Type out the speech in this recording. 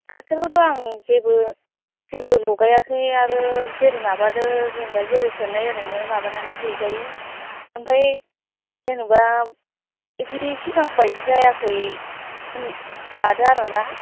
गाइखेरखौथ' आं जेबो जेबो लगायाखै आरो जेरै माबादों जेनेबा जेरै सेरनाय एरैनो माबानानै हैजायो आमफ्राय जेन'बा बिदि सिगां बायदि जायखै माबादों आरो ना